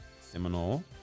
seminole